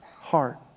heart